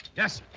yes,